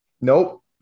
nope